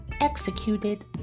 executed